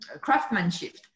craftsmanship